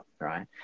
right